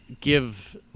give